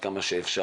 עד כמה שאפשר,